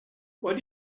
what